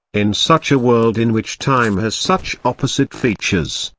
in such a world in which time has such opposite features,